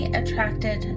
attracted